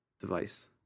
device